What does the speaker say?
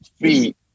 feet